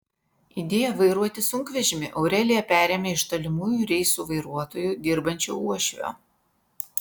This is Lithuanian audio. idėją vairuoti sunkvežimį aurelija perėmė iš tolimųjų reisų vairuotoju dirbančio uošvio